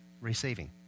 receiving